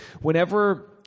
Whenever